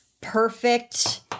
perfect